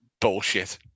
Bullshit